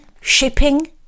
shipping